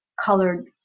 colored